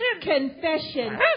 confession